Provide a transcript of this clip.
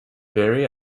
barry